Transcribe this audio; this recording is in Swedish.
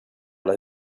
hela